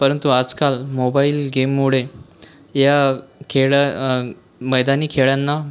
परंतु आजकाल मोबाईल गेममुळे या खेळा मैदानी खेळांना